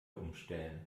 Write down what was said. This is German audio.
umstellen